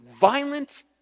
violent